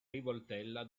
rivoltella